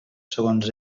segons